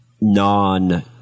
non